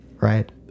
Right